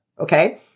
Okay